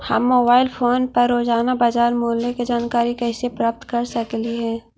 हम mobile phone पर रोजाना बाजार मूल्य के जानकारी कैसे प्राप्त कर सकली हे?